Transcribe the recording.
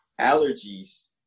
allergies